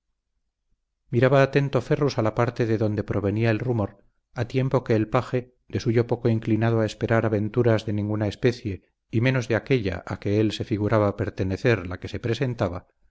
él miraba atento ferrus a la parte de donde provenía el rumor a tiempo que el paje de suyo poco inclinado a esperar aventuras de ninguna especie y menos de aquella a que él se figuraba pertenecer la que se presentaba